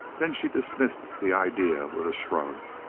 then she dismissed the idea with a shrug.